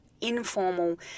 informal